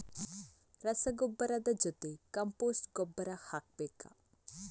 ರಸಗೊಬ್ಬರದ ಜೊತೆ ಕಾಂಪೋಸ್ಟ್ ಗೊಬ್ಬರ ಹಾಕಬೇಕಾ?